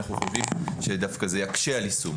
אנחנו חושבים שדווקא זה יקשה על יישום